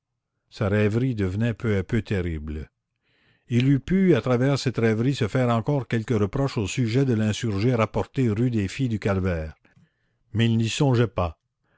sa rêverie devenait peu à peu terrible il eût pu à travers cette rêverie se faire encore quelque reproche au sujet de l'insurgé rapporté rue des filles du calvaire mais il n'y songeait pas